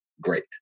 great